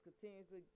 continuously